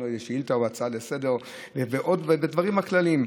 שאילתה או הצעה לסדר-היום ודברים כלליים.